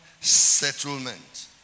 settlement